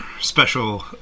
special